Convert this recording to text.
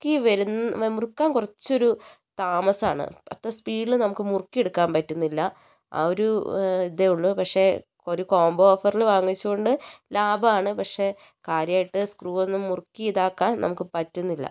മുറുക്കി വരുന്ന മുറുക്കാൻ കുറച്ച് ഒരു താമസമാണ് അത്ര സപീഡിൽ നമുക്ക് മുറുക്കിയെടുക്കാൻ പറ്റുന്നില്ല ആ ഒരു ഇതേ ഉള്ളൂ പക്ഷേ ഒരു കോംബോ ഓഫറിൽ വാങ്ങിച്ചത് കൊണ്ട് ലാഭമാണ് പക്ഷേ കാര്യമായിട്ട് സ്ക്രൂ ഒന്നും മുറുക്കി ഇതാക്കാൻ നമുക്ക് പറ്റുന്നില്ല